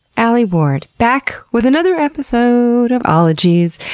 alie ward, back with another episode of ologies.